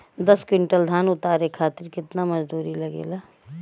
दस क्विंटल धान उतारे खातिर कितना मजदूरी लगे ला?